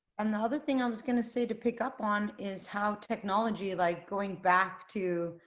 and the other thing i was going to say to pick up on is how technology like going back to,